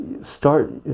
start